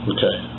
Okay